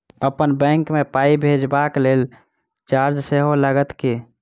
अप्पन बैंक मे पाई भेजबाक लेल चार्ज सेहो लागत की?